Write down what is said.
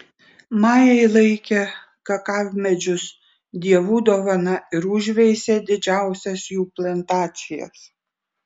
majai laikė kakavmedžius dievų dovana ir užveisė didžiausias jų plantacijas